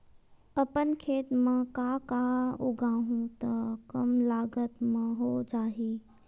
अपन खेत म का का उगांहु त कम लागत म हो जाही?